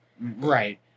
Right